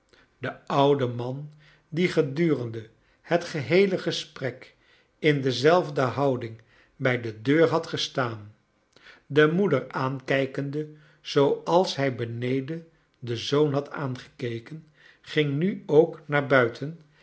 de oude man die gedurende het geheele gesprek in dezeifde houding bij de deur had gestaan de moeder aankrjkende zooals hij beneden den zoon had aangekeken ging nu ook naar buiten